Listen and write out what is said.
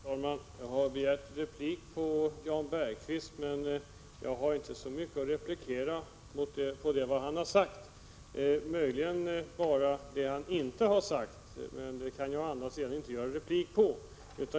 Herr talman! Jag har begärt replik till Jan Bergqvists anförande, men jag har inte så mycket att invända mot det som han har sagt, möjligen i stället mot det som han inte har sagt.